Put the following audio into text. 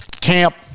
camp